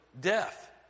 death